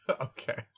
Okay